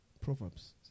Proverbs